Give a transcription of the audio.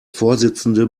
vorsitzende